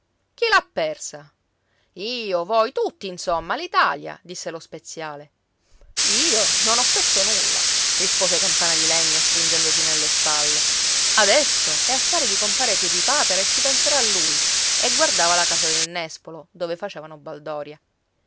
chi l'ha persa io voi tutti insomma l'italia disse lo speziale io non ho perso nulla rispose campana di legno stringendosi nelle spalle adesso è affare di compare piedipapera e ci penserà lui e guardava la casa del nespolo dove facevano baldoria